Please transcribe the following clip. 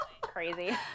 crazy